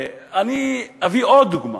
אני אביא עוד דוגמה,